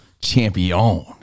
champion